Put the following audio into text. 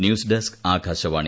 news desk Akashvani